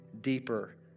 deeper